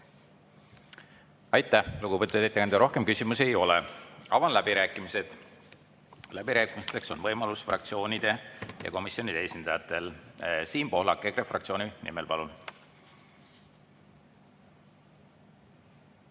Aitäh, lugupeetud ettekandja! Rohkem küsimusi ei ole. Avan läbirääkimised. Läbirääkimisteks on võimalus fraktsioonide ja komisjonide esindajatel. Siim Pohlak EKRE fraktsiooni nimel, palun!